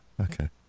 Okay